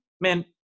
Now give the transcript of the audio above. man